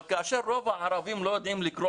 אבל כאשר רוב הערבים לא יודעים לקרוא